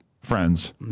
friends